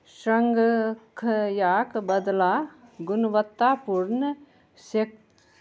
सङ्ख्याक बदला गुणवत्तापूर्ण स्